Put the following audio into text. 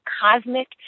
cosmic